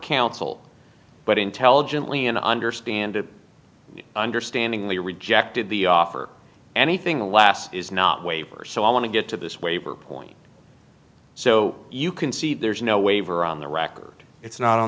counsel but intelligently and i understand it understandingly rejected the offer anything less is not waiver so i want to get to this waiver point so you can see there's no waiver on the record it's not on